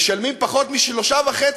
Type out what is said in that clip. משלמים פחות מ-3.5%.